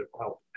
help